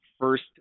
first